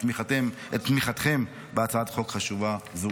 את תמיכתכם בהצעת חוק חשובה זו.